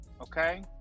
okay